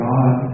God